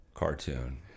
cartoon